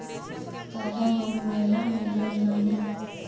काल्ह हम मेला में गइल रहनी